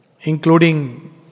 Including